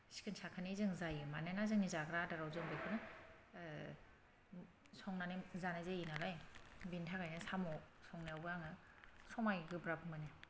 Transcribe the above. सिखोन साखोनै जों जायो मानोना जोंनि जाग्रा आदाराव जों बेखौनो संनानै जानाय जायो नालाय बेनि थाखायनो साम' संनायावबो आङो समाय गोब्राब मोनो